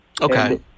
Okay